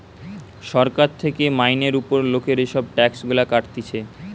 সরকার থেকে মাইনের উপর লোকের এসব ট্যাক্স গুলা কাটতিছে